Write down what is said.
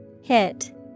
Hit